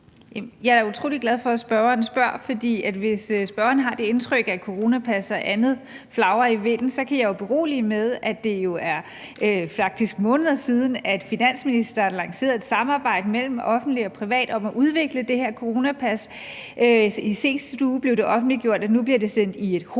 Jeg er utrolig glad for, at spørgeren spørger. Hvis spørgeren har det indtryk, at coronapas og andet flagrer i vinden, så kan jeg berolige med, at det faktisk er måneder siden, at finansministeren lancerede et samarbejde mellem det offentlige og private om at udvikle det her coronapas. I sidste uge blev det offentliggjort, at det nu bliver sendt i et hurtigt